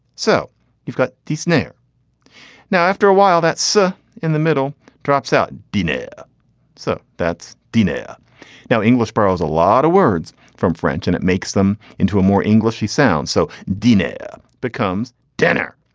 so you've got this snare now after a while that's ah in the middle drops out. dena so that's dena now english borrows a lot of words from french and it makes them into a more english she sounds so dina becomes dinner.